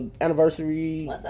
anniversary